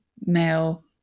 male